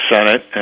Senate